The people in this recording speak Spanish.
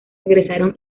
ingresaron